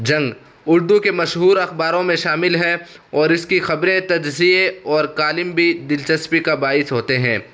جنگ اردو کے مشہور اخباروں میں شامل ہے اور اس کی خبریں تجزیئے اور کالم بھی دلچسپی کا باعث ہوتے ہیں